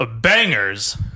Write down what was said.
bangers